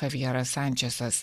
chavjeras sančesas